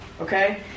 okay